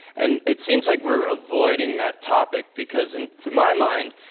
and it seems like we're avoiding that topic because in to my mind,